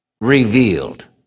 revealed